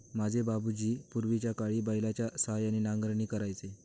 माझे बाबूजी पूर्वीच्याकाळी बैलाच्या सहाय्याने नांगरणी करायचे